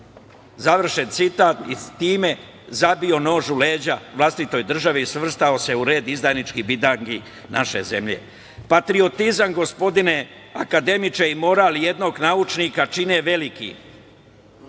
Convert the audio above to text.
završen citat i time zabio nož u leđa vlastitoj državi i svrstao se u red izdajničkih bitangi naše zemlje. Patriotizam, gospodine akademiče, i moral jednog naučnika čine velikim.